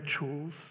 rituals